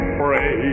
pray